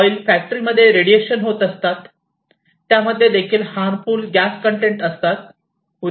oil factory मध्ये radiation होत असतात त्यामध्ये देखील हार्मफुल गॅस कंटेंट असतात